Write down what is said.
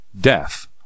Death